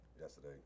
yesterday